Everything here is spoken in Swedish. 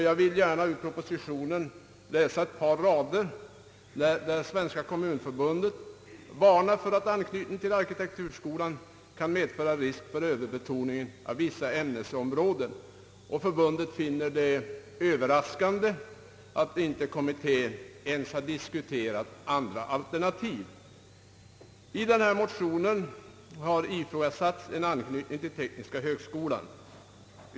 Det framgår av propositionen att Svenska kommunförbundet varnar för att anknytning till arkitekturskolan kan medföra risk för överbetoning av vissa ämnesområden. Förbundet finner det överraskande att kommittén inte ens har diskuterat andra alternativ. I motionen har ifrågasatts en anknytning till tekniska högskolan.